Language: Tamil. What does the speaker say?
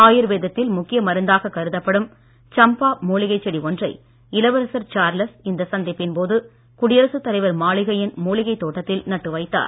ஆயுர்வேதத்தில் முக்கிய மருந்தாக கருதப்படும் சம்பா மூலிகைச் செடி ஒன்றை இளவரசர் சார்லஸ் இந்த சந்திப்பின் போது குடியரசு தலைவர் மாளிகையின் மூலிகைத் தோட்டத்தில் நட்டு வைத்தார்